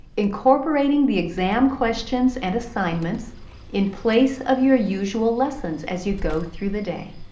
incorporating the exam questions and assignments in place of your usual lessons as you go through the day.